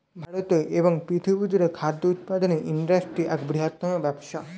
ভারতে এবং পৃথিবী জুড়ে খাদ্য উৎপাদনের ইন্ডাস্ট্রি এক বৃহত্তম ব্যবসা